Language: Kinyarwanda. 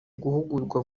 guhugurwa